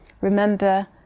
remember